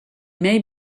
may